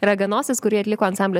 raganosis kurį atliko ansamblio